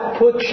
put